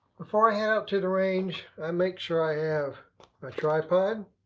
before i head out to the range, i make sure i have my tripod.